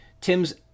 Tim's